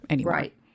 Right